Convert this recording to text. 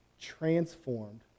transformed